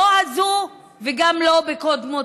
לא בזו, גם לא בקודמותיה.